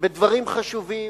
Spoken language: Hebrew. בדברים חשובים,